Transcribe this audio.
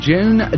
June